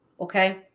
Okay